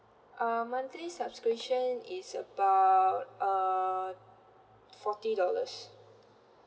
um monthly subscription is about uh forty dollars